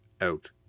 Out